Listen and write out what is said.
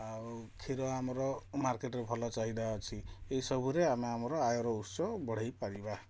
ଆଉ କ୍ଷୀର ଆମର ମାର୍କେଟରେ ଭଲ ଚାହିଦା ଅଛି ଏଇସବୁରେ ଆମେ ଆମର ଆୟର ଉତ୍ସ ବଢ଼ାଇ ପାରିବା